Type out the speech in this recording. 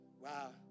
wow